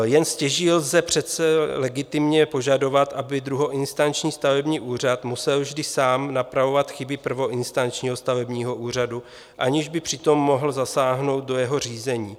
Jen stěží lze přece legitimně požadovat, aby druhoinstanční stavební úřad musel vždy sám napravovat chyby prvoinstančního stavebního úřadu, aniž by přitom mohl zasáhnout do jeho řízení.